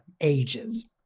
ages